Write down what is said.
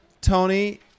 Tony